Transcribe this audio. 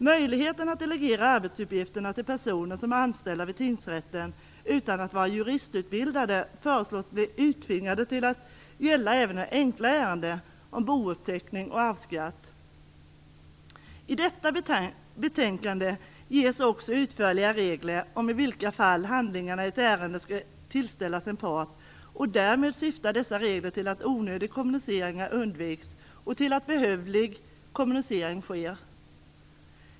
Möjligheterna att delegera arbetsuppgifterna till personer som är anställda vid tingsrätten utan att vara juristutbildade föreslås bli utvidgade till att gälla även enkla ärenden om bouppteckning och arvsskatt. I detta betänkande ges också utförliga regler om i vilka fall handlingarna i ett ärende skall tillställas en part. Därmed syftar dessa regler till att onödiga kommuniceringar undviks och till att behövlig kommunicering sker.